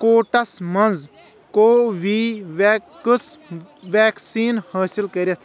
کوٹس مَنٛز کو وی ویٚکس ویکسیٖن حٲصِل کٔرِتھ